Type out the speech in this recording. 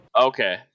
okay